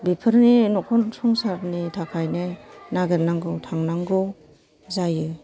बेफोरनि नखर संसारनि थाखायनो नागिरनांगौ थांनांगौ जायो